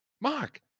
Mark